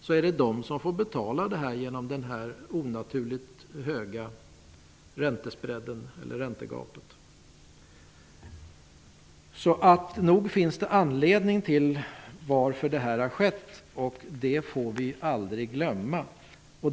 Det är nämnda kategorier som får betala det hela genom det onaturligt stora räntegapet. Nog finns det alltså en anledning till att det har blivit som det har blivit. Det får vi aldrig glömma.